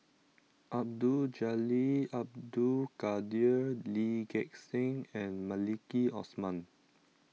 Abdul Jalil Abdul Kadir Lee Gek Seng and Maliki Osman